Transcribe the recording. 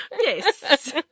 Yes